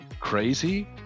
crazy